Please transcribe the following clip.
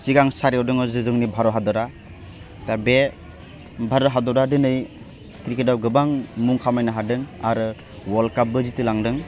सिगां सारियाव दङ जे जोंनि भारत हादरा दा बे भारत हादरा दिनै क्रिकेटआव गोबां मुं खामायनो हादों आरो वाल्द कापबो जिथिलांदों